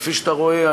כפי שאתה רואה,